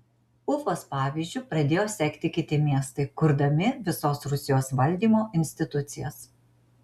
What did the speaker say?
ufos pavyzdžiu pradėjo sekti kiti miestai kurdami visos rusijos valdymo institucijas